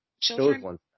children